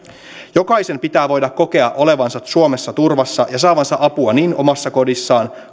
jokaisen pitää voida kokea olevansa suomessa turvassa ja saavansa apua niin omassa kodissaan